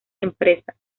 empresas